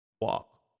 walk